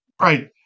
right